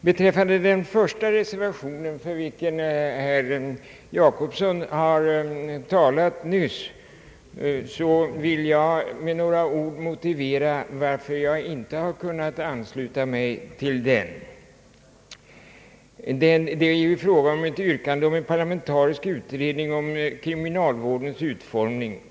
Beträffande reservationen vid den förstnämnda punkten, för vilken herr Jacobsson nyss talat, vill jag med ett par ord motivera varför jag inte kunnat ansluta mig till den. Det är ju fråga om ett yrkande om en parlamentarisk utredning om kriminalvårdens utformning.